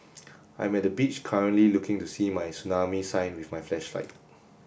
I am at the beach currently looking to see my tsunami sign with my flashlight